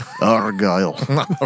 Argyle